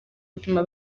bituma